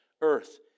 earth